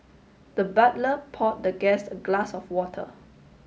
the butler poured the guest a glass of water